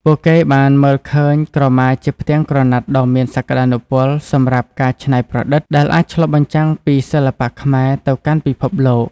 ពួកគេបានមើលឃើញក្រមាជាផ្ទាំងក្រណាត់ដ៏មានសក្តានុពលសម្រាប់ការច្នៃប្រឌិត ដែលអាចឆ្លុះបញ្ចាំងពីសិល្បៈខ្មែរទៅកាន់ពិភពលោក។